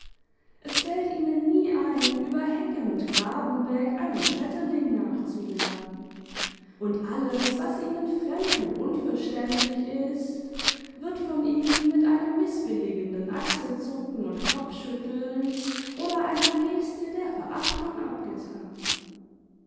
es fällt ihnen nie ein über hecken und graben weg einem schmetterling nachzujagen und alles was ihnen fremd und imverständlich ist wird von ihnen mit einem mißbilligenden achselzucken und kopfschütteln oder einer geste der verachtung abgetan